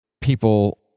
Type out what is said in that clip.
people